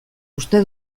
uste